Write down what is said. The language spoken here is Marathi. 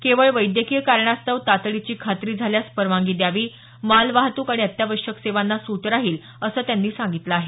केवळ वैद्यकीय कारणास्तव तातडीची खात्री झाल्यास परवानगी द्यावी मालवाहतूक आणि अत्यावश्यक सेवांना सूट राहील असं त्यांनी सांगितलं आहे